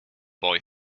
boy